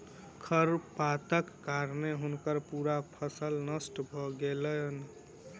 खरपातक कारणें हुनकर पूरा फसिल नष्ट भ गेलैन